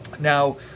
Now